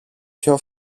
πιο